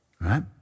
right